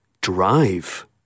Drive